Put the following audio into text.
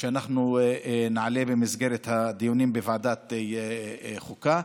שנעלה בדיונים בוועדת החוקה.